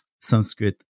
Sanskrit